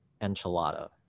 enchilada